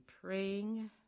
praying